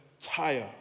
tire